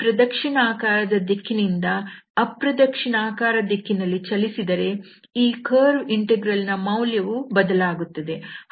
ನಾವು ಪ್ರದಕ್ಷಿಣಾಕಾರದ ದಿಕ್ಕಿನಿಂದ ಅಪ್ರದಕ್ಷಿಣಾಕಾರ ದ ದಿಕ್ಕಿನಲ್ಲಿ ಚಲಿಸಿದರೆ ಈ ಕರ್ವ್ ಇಂಟೆಗ್ರಲ್ ನ ಮೌಲ್ಯವು ಬದಲಾಗುತ್ತದೆ